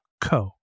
co